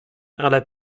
ale